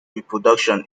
reproduction